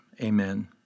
Amen